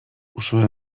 uxue